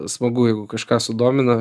smagu jeigu kažką sudomina